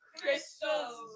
crystals